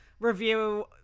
review